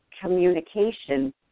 Communication